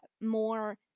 more